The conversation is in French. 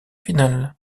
finale